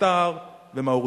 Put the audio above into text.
קטאר ומאוריטניה.